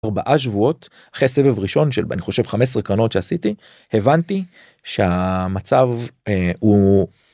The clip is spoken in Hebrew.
ארבעה שבועות אחרי סבב ראשון שאני חושב 15 קרנות שעשיתי הבנתי שהמצב הוא.